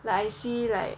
like I see like